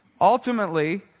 Ultimately